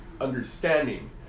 understanding